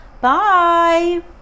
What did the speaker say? bye